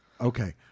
Okay